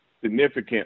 significant